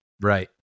Right